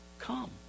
come